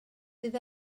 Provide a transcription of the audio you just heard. bydd